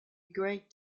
great